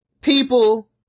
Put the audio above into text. people